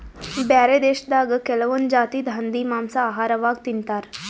ಬ್ಯಾರೆ ದೇಶದಾಗ್ ಕೆಲವೊಂದ್ ಜಾತಿದ್ ಹಂದಿ ಮಾಂಸಾ ಆಹಾರವಾಗ್ ತಿಂತಾರ್